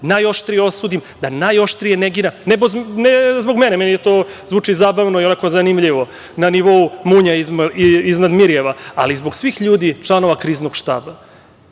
najoštrije osudim, da najoštrije negiram. Ne zbog mene, meni to zvuči zabavno i onako zanimljivo, na nivou „Munja iznad Mirjeva“, ali zbog svih ljudi članova Kriznog štaba,